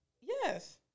Yes